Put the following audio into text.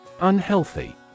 Unhealthy